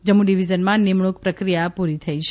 જમ્મું ડિવીઝનમાં નિમણૂક પ્રક્રિયા પૂરી થઈ છે